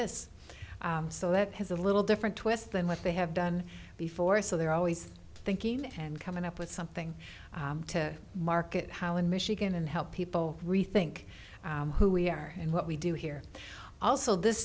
is so let has a little different twist than what they have done before so they're always thinking and coming up with something to market how in michigan and help people rethink who we are and what we do here also this